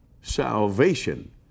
salvation